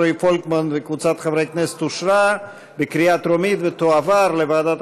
התקבלה בקריאה ראשונה ותועבר לוועדת